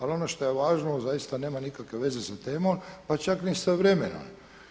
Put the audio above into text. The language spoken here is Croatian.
Ali ono što je važno zaista nema nikakve veze sa temom, pa čak ni sa vremenom.